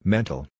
Mental